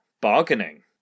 bargaining